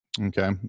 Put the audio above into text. okay